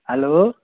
hello